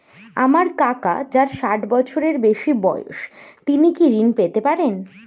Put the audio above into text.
আমার কাকা যার ষাঠ বছরের বেশি বয়স তিনি কি ঋন পেতে পারেন?